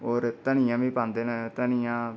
होर धनिया बी पांदे न धनिया